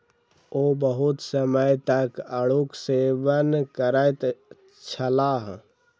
ओ बहुत समय तक आड़ूक सेवन करैत छलाह